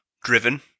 Driven